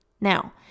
Now